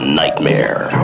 nightmare